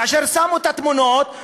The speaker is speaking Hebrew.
כאשר שמו את התמונות,